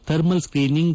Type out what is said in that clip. thermal screening